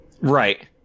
right